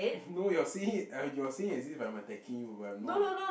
no you're saying it you're you're saying it as if I'm attacking you but I'm not